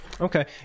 Okay